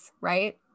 right